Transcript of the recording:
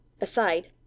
aside